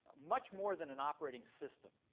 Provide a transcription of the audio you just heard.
much more than an operating system.